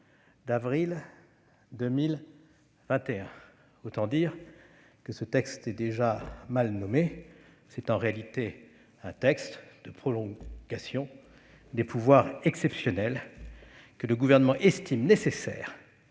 d'avril 2021. Autant dire que ce texte est déjà mal nommé : c'est en réalité un texte de prolongation des pouvoirs exceptionnels que le Gouvernement estime nécessaires